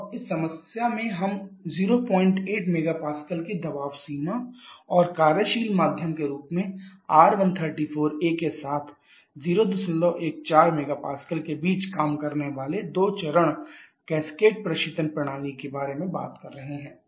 अब इस समस्या में हम 08 MPa की दबाव सीमा और कार्यशील माध्यम के रूप में R134a के साथ 014 MPa के बीच काम करने वाले दो चरण कैस्केड प्रशीतन प्रणाली के बारे में बात कर रहे हैं